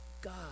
God